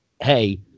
Hey